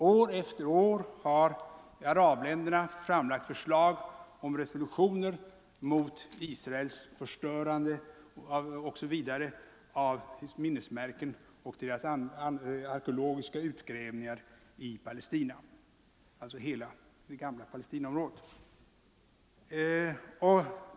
Arabländerna har år efter år framlagt förslag om resolutioner mot Israels påstådda förstörande av minnesmärken och mot Israels arkeologiska utgrävningar i det gamla Palestinaområdet.